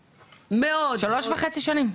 מאוד מאוד --- שלוש וחצי-ארבע שנים.